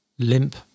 limp